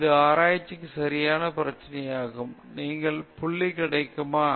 இது ஆராய்ச்சிக்கு சரியான பிரச்சனையாகும் நீங்கள் புள்ளி கிடைக்குமா